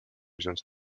wziąć